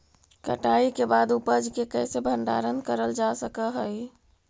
कटाई के बाद उपज के कईसे भंडारण करल जा सक हई?